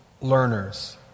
learners